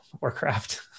Warcraft